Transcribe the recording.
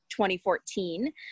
2014